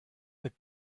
the